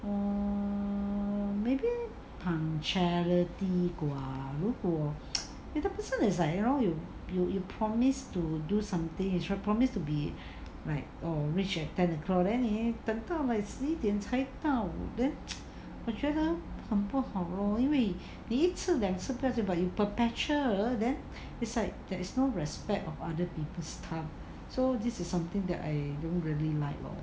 err maybe punctuality bah 如果 if the person is like you know you you you promised to do something is a promise to be like reached at at ten o'clock but 你等到 like 十一点才到我觉得很不好 lor 因为你一次两次不用紧 but you perpetual then is like is no respect of other people's time so this is something that I don't really like lor